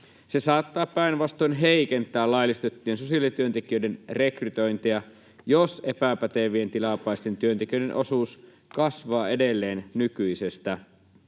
Se saattaa päinvastoin heikentää laillistettujen sosiaalityöntekijöiden rekrytointia, jos epäpätevien tilapäisten työntekijöiden osuus kasvaa edelleen nykyisestä.